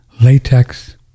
latex